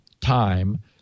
time